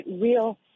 real